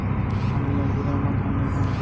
पानी नइ गिरय म धान नइ होवय